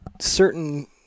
certain